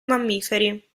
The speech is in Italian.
mammiferi